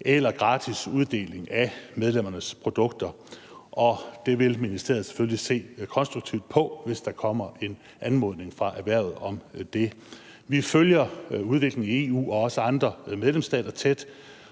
eller gratis uddeling af medlemmernes produkter. Det vil ministeriet selvfølgelig se konstruktivt på, hvis der kommer en anmodning fra erhvervet om det. Vi følger udviklingen i EU og også andre medlemsstater tæt,